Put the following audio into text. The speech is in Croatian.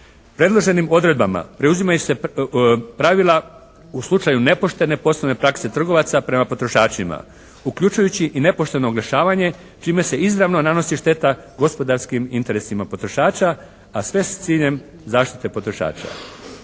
Predloženim odredbama preuzimaju se pravila u slučaju ne poštene poslovne prakse trgovaca prema potrošačima, uključujući i nepošteno oglašavanje čime se izravno nanosi šteta gospodarskim interesima potrošača, a sve s ciljem zaštite potrošača.